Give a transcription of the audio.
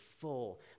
full